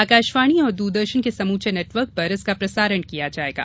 आकाशवाणी और द्रदर्शन के समुचे नेटवर्क पर इसका प्रसारण किया जायेगा